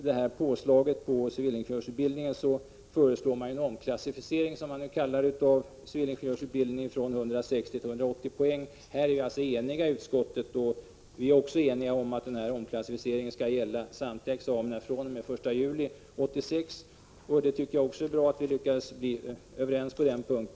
Utöver påslaget på civilingenjörsutbildningen föreslås en omklassificering av civilingenjörsutbildningen från 160 till 180 poäng. I denna fråga är vi eniga i utskottet. Vi är också eniga om att denna omklassificering skall gälla samtliga examina från den 1 juli 1986. Jag tycker att det är bra att vi lyckades bli överens på denna punkt.